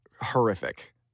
horrific